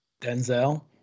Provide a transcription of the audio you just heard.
Denzel